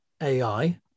AI